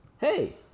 Hey